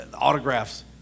autographs